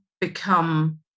become